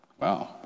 Wow